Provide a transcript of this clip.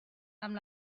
amb